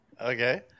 okay